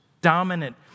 dominant